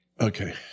Okay